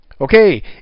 Okay